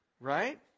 Right